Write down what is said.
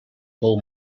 pou